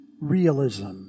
realism